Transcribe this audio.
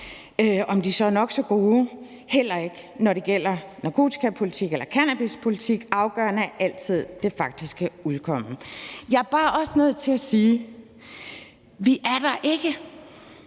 om de så er nok så gode, heller ikke når det gælder narkotikapolitik eller cannabispolitik. Afgørende er altid det faktiske udkomme. Jeg er bare også nødt til at sige, at vi ikke